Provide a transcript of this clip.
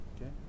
okay